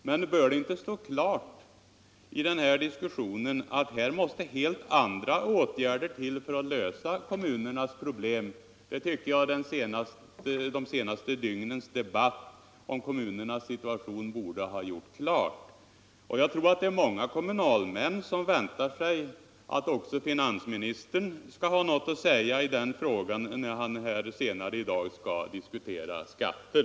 Men bör det inte stå klart i den här diskussionen att här måste helt andra åtgärder till för att lösa kommunernas problem? Det tycker jag att de senaste dygnens debatt om kommunernas situation borde ha gjort klart. Och jag tror det är många kommunalmän som väntar sig att också finansministern skall ha något att säga i den frågan när han här senare i dag skall diskutera skatter.